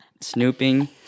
snooping